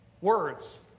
Words